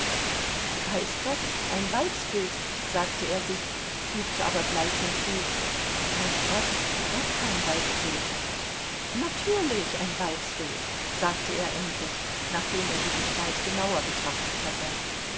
weiß gott ein weibsbild sagte er sich fügte aber gleich hinzu weiß gott doch kein weibsbild natürlich ein weibsbild sagte er endlich nachdem er die gestalt genauer betrachtet hatte